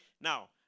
Now